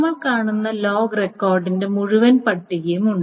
നമ്മൾ കാണുന്ന ലോഗ് റെക്കോർഡിന്റെ മുഴുവൻ പട്ടികയും ഉണ്ട്